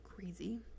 crazy